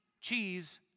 cheese